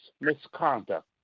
misconduct